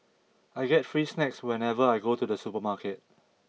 I get free snacks whenever I go to the supermarket